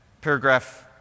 paragraph